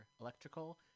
electrical